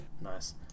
Nice